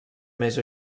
més